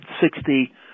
sixty